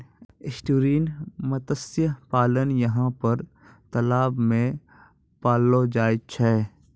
estuarine मत्स्य पालन यहाँ पर तलाव मे पाललो जाय छै